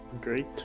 Great